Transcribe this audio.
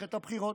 במערכת הבחירות: